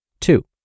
Two